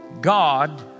God